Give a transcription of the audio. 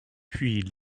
puis